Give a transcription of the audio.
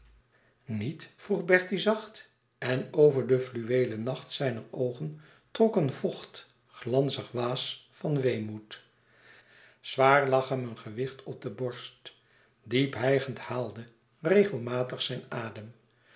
niet vroeg bertie zacht en over den fluweelen nacht zijner oogen trok een vocht glanzig waas van weemoed zwaar lag hem een gewicht op de borst diep hijgend haalde regelmatig zijn adem